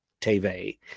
TV